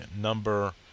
number